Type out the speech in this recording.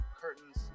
curtains